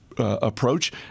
Approach